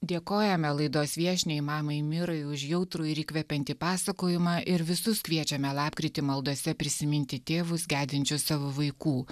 dėkojame laidos viešniai mamai mirai už jautrų ir įkvepiantį pasakojimą ir visus kviečiame lapkritį maldose prisiminti tėvus gedinčius savo vaikų